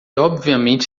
obviamente